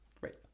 right